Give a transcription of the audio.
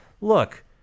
look